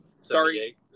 sorry